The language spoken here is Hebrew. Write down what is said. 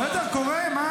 בסדר, קורה.